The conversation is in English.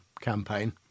campaign